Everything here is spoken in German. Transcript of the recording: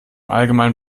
allgemein